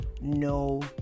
no